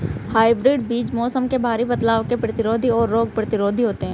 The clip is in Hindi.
हाइब्रिड बीज मौसम में भारी बदलाव के प्रतिरोधी और रोग प्रतिरोधी होते हैं